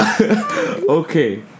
Okay